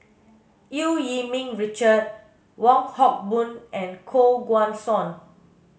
Eu Yee Ming Richard Wong Hock Boon and Koh Guan Song